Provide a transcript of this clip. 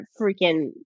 freaking